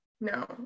No